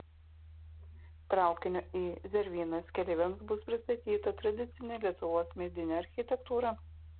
traukinio į zervynas keleiviams bus pristatyta tradicinė lietuvos medinė architektūra